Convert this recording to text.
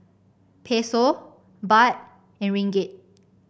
Peso Baht and Ringgit